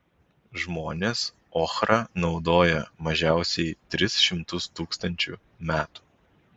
žmonės ochrą naudoja mažiausiai tris šimtus tūkstančių metų